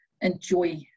Enjoy